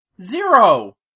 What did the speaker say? Zero